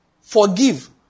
forgive